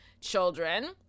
children